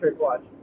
watch